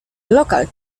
lokal